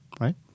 right